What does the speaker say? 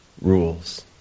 rules